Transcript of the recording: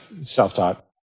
self-taught